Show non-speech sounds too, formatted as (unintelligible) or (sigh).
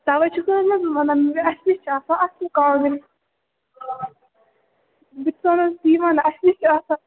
تَوَے چھِ (unintelligible) حظ بہٕ وَنان اَسہِ نِش چھِ آسان اَصٕل کانٛگرِ بہٕ تہِ چھِسو نہٕ حظ تی وَنان اَسہِ نِش چھِ آسان